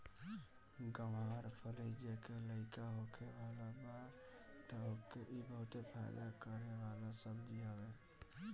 ग्वार फली जेके लईका होखे वाला बा तअ ओके इ बहुते फायदा करे वाला सब्जी हवे